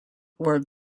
were